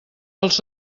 els